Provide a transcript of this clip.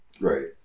Right